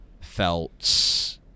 felt